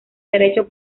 derecho